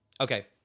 Okay